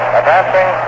advancing